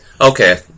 Okay